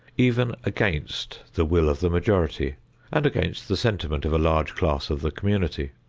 even against the will of the majority and against the sentiment of a large class of the community.